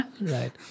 right